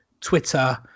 Twitter